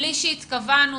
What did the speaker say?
בלי שהתכוונו,